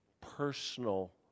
personal